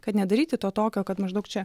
kad nedaryti to tokio kad maždaug čia